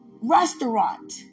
restaurant